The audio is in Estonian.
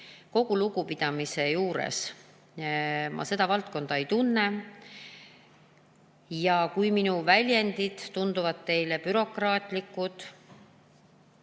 kogu lugupidamise juures ma seda valdkonda ei tunne. Ja kui minu väljendid tunduvad teile bürokraatlikud